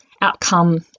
outcome